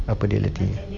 apa reality